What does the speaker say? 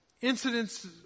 incidents